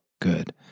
good